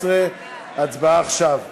14). הצבעה עכשיו.